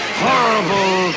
horrible